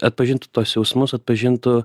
atpažintų tuos jausmus atpažintų